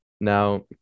Now